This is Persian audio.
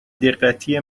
دقتی